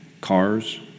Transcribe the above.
cars